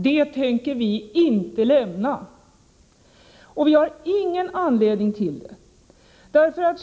Den hjälpen tänker vi inte lämna! Och vi har ingen anledning att göra det.